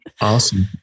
Awesome